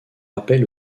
appel